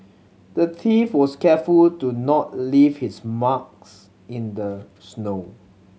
the thief was careful to not leave his marks in the snow